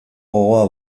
gogoa